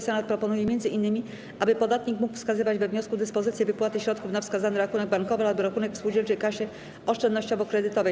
Senat proponuje m.in., aby podatnik mógł wskazać we wniosku dyspozycję wypłaty środków na wskazany rachunek bankowy albo rachunek w spółdzielczej kasie oszczędnościowo-kredytowej.